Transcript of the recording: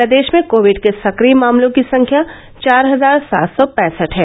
प्रदेश में कोविड के सक्रिय मामलों की संख्या चार हजार सात सौ पैंसठ है